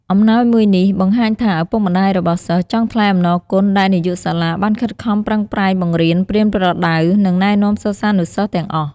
អំណោយមួយនេះបង្ហាញថា ឪពុកម្ដាយរបស់សិស្សចង់ថ្លែងអំណរគុណដែលនាយកសាលាបានខិតខំប្រឹងប្រែង បង្រៀន ប្រៀនប្រដៅ និងណែនាំសិស្សានុសិស្សទាំងអស់។